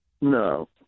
No